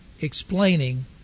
explaining